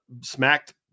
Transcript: Smacked